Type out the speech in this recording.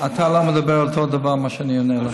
אתה לא מדבר על אותו דבר, מה שאני עונה לה.